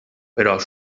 però